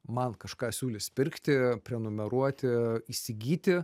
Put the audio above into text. man kažką siūlys pirkti prenumeruoti įsigyti